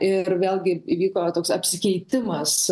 ir vėlgi įvyko toks apsikeitimas